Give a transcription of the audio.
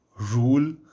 rule